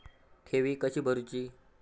ठेवी कशी भरूची?